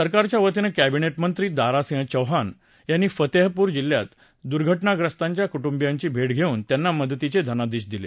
सरकारच्यावतीनं केंबिनेट मंत्री दारासिंग चौहान यांनी फतेहपूर जिल्ह्यात दुर्घटनाग्रस्तांच्या कुटुंबियांची भेट घेऊन त्यांना मदतीचे धनादेश दिले